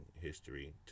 history